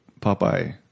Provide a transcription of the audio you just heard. Popeye